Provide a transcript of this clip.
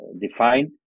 defined